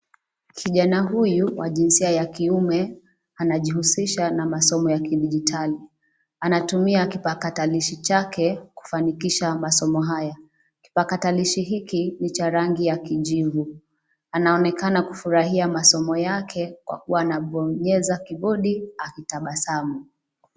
Kijana huyu wa jinsia ya kiume anajihusisha na masomo ya kidijitali. Anatumia kipakatalishi chake kufanikisha masomo haya. Kipakatalishi hiki ni cha rangi ya kijivu, anaonekana kufurahia masomo yake kwa kuwa anabonyeza kibodi akitabasamu.